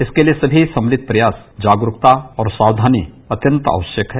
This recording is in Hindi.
इसके लिए समी सम्मिलित प्रयास जागरूकता और साक्षानी अत्यंत आवश्यक है